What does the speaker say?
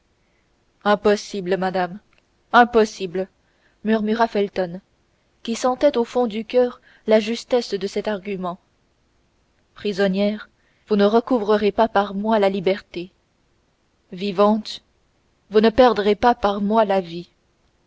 impossible madame impossible murmura felton qui sentait au fond du coeur la justesse de cet argument prisonnière vous ne recouvrerez pas par moi la liberté vivante vous ne perdrez pas par moi la vie